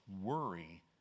worry